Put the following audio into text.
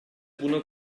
buna